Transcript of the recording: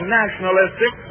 nationalistic